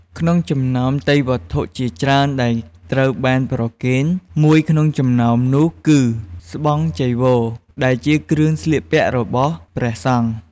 ក្នុងចំណោមទេយ្យវត្ថុជាច្រើនដែលត្រូវបានប្រគេន មួយក្នុងចំណោមនោះគឺ ស្បង់ ចីវរ ដែលជាគ្រឿងស្លៀកពាក់របស់ព្រះសង្ឃ។